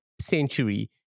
century